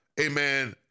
amen